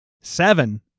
Seven